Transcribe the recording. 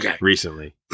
recently